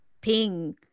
Ping